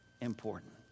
important